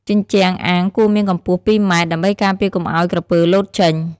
ជញ្ជាំងអាងគួរមានកម្ពស់២ ម៉ែត្រ ដើម្បីការពារកុំឲ្យក្រពើលោតចេញ។